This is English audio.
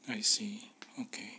I see okay